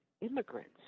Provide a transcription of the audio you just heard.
immigrants